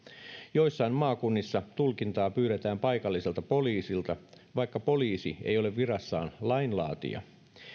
joissain maakunnissa tulkintaa pyydetään paikalliselta poliisilta vaikka poliisi ei ole virassaan lainlaatija